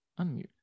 Unmute